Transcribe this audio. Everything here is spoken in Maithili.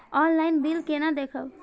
ऑनलाईन बिल केना देखब?